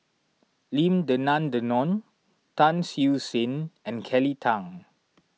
Lim Denan Denon Tan Siew Sin and Kelly Tang